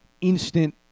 Instant